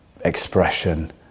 expression